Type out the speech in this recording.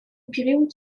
период